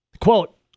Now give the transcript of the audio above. Quote